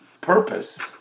purpose